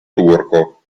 turco